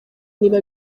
niba